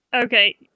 Okay